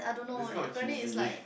that's kind of cheesy leh